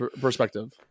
perspective